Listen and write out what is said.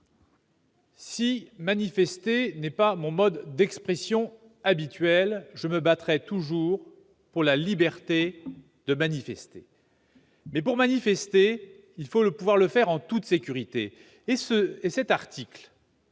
si manifester n'est pas mon mode d'expression habituel, je me battrai toujours pour la liberté de manifester. Il faut pouvoir manifester en toute sécurité et cet article,